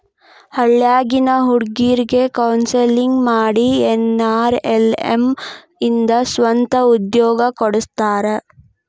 ಹಳ್ಳ್ಯಾಗಿನ್ ಹುಡುಗ್ರಿಗೆ ಕೋನ್ಸೆಲ್ಲಿಂಗ್ ಮಾಡಿ ಎನ್.ಆರ್.ಎಲ್.ಎಂ ಇಂದ ಸ್ವಂತ ಉದ್ಯೋಗ ಕೊಡಸ್ತಾರ